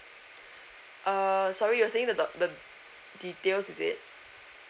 uh sorry you were saying the the details is it